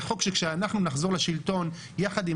זה חוק שכשאנחנו נחזור לשלטון יחד עם